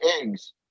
eggs